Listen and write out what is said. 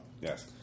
Yes